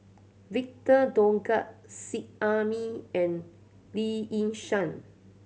Victor Doggett Seet Ai Mee and Lee Yi Shyan